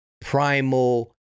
primal